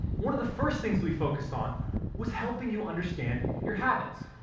one of the first things we focused on was helping you understand your habits.